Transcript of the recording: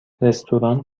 رستوران